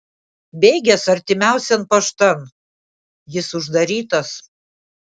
bėgęs artimiausian paštan jis uždarytas